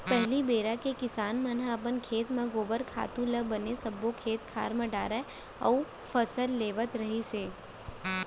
पहिली बेरा के किसान मन ह अपन खेत म गोबर खातू ल बने सब्बो खेत खार म डालय अउ फसल लेवत रिहिस हे